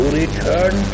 return